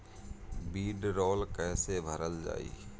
वीडरौल कैसे भरल जाइ?